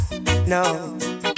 No